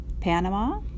Panama